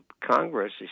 congress